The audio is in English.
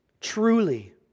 Truly